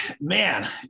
man